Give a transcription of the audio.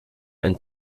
ein